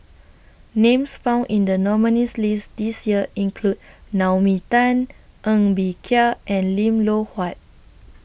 Names found in The nominees list This Year include Naomi Tan Ng Bee Kia and Lim Loh Huat